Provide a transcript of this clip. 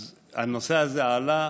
אז הנושא הזה עלה,